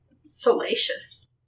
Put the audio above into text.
Salacious